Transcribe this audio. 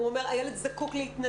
ההורה אומר: הילד זקוק להתנדנד,